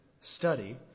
study